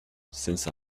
since